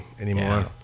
anymore